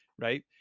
Right